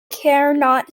carnot